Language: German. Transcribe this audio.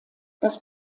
das